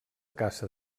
caça